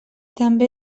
també